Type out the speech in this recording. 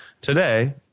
today